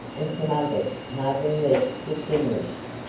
and some others hardly less distinguished.